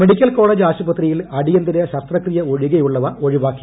medical college ആശുപത്രിയിൽ അടിയന്തിര ശസ്ത്രക്രിയ ഒഴികെയുള്ളവ ഒഴിപ്പാക്കി